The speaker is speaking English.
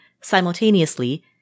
simultaneously